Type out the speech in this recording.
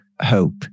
hope